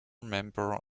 member